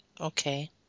Okay